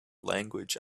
language